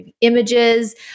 images